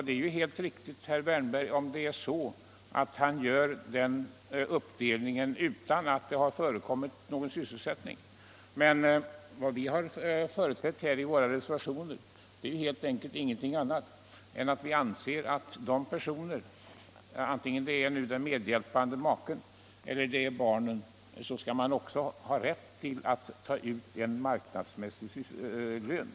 Det är helt riktigt, herr Wärnberg, om han gör den uppdelningen utan att det har förekommit någon sysselsättning, men vad vi har förespråkat i våra reservationer är ingenting annat än att medhjälpande personer, vare sig det är maken eller barnen, skall ha rätt att ta ut en marknadsmässig lön.